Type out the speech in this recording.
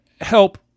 help